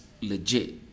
legit